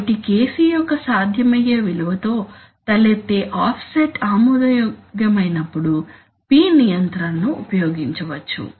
కాబట్టి KC యొక్క సాధ్యమయ్యే విలువతో తలెత్తే ఆఫ్సెట్ ఆమోదయోగ్యమైనప్పుడు P నియంత్రణను ఉపయోగించవచ్చు